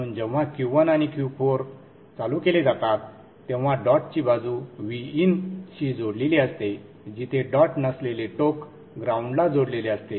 म्हणून जेव्हा Q1 आणि Q4 चालू केले जातात तेव्हा डॉटची बाजू Vin शी जोडलेली असते जिथे डॉट नसलेले टोक ग्राऊंडला जोडलेले असते